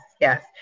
yes